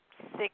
six